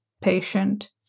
patient